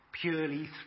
purely